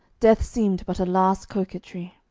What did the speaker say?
death seemed but a last coquetry.